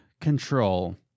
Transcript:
Control